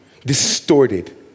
distorted